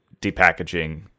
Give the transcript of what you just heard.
depackaging